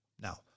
Now